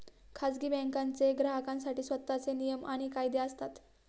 खाजगी बँकांचे ग्राहकांसाठी स्वतःचे नियम आणि कायदे असतात